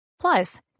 Plus